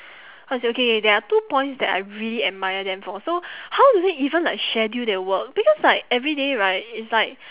how to say okay there are two points that I really admire them for so how do they even like schedule their work because like everyday right it's like